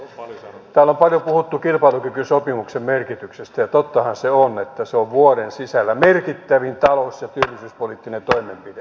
täällä on paljon puhuttu kilpailukykysopimuksen merkityksestä ja tottahan se on että se on vuoden sisällä merkittävin talous ja työllisyyspoliittinen toimenpide